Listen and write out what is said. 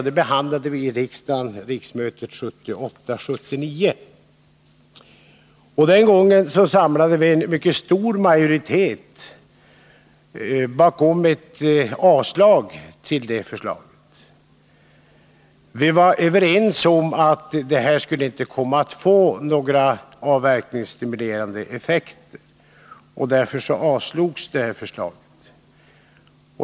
Det behandlade riksdagen under riksmötet 1978/79. Den gången samlade vi en mycket stor majoritet bakom ett avslagsyrkande. Vi var överens om att förslaget inte skulle komma att få några avverkningsstimulerande effekter, och förslaget avslogs.